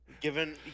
given